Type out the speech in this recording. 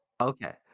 Okay